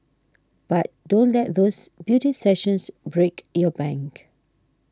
but don't let those beauty sessions break your bank